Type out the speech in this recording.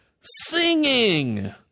singing